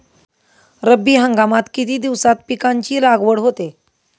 रब्बी हंगामात किती दिवसांत पिकांची लागवड होते?